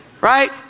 Right